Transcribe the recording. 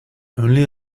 only